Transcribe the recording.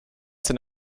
sind